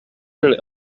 really